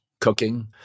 cooking